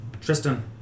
Tristan